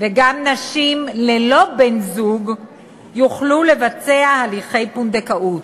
וגם נשים ללא בן-זוג יוכלו לבצע הליכי פונדקאות.